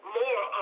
more